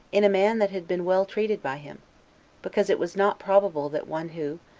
in a man that had been well treated by him because it was not probable that one who,